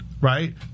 right